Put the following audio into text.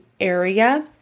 area